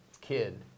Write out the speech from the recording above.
kid